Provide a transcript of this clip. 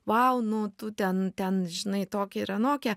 vau nu tu ten ten žinai tokia ir anokia